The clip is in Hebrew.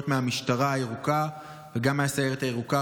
מהמשטרה הירוקה וגם מהסיירת הירוקה,